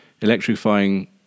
electrifying